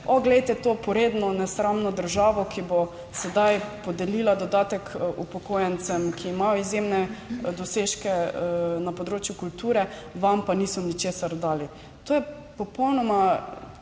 glejte, to poredno, nesramno državo, ki bo sedaj podelila dodatek upokojencem, ki imajo izjemne dosežke na področju kulture, vam pa niso ničesar dali. To je popolnoma